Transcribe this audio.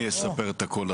אני אספר הכול.